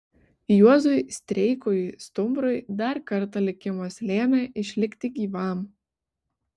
juozui streikui stumbrui dar kartą likimas lėmė išlikti gyvam